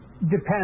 Depends